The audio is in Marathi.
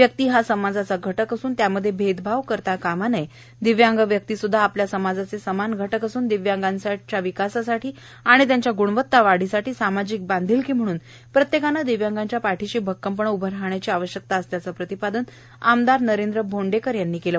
व्यक्ती हा समाजाचा घटक असून त्यामध्ये भेदभाव करता कामा नये दिव्यांग व्यक्तीसुध्दा आपल्या समाजाचे समान घटक असून दिव्यांग विकासासाठी आणि त्यांच्या गुणवता वाढीसाठी सामाजिक बांधिलकी म्हणून प्रत्येकाने दिव्यांगाच्या पाठीशी अक्कमपणे उभे राहण्याची आवश्यकता असल्याचे प्रतिपादन आमदार नरेंद्र भोंडेकर यांनी केले